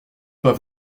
pas